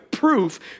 proof